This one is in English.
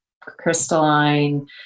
crystalline